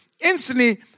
Instantly